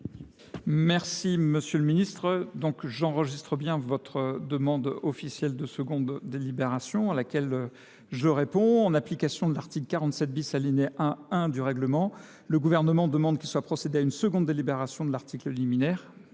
Merci monsieur le ministre. Donc j'enregistre bien votre demande officielle de seconde délibération à laquelle je réponds. En application de l'article 47 bis à lignée 1.1 du règlement, le gouvernement demande qu'il soit procédé à une seconde délibération de l'article liminaire,